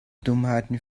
dummheiten